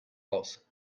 aus